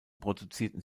produzierten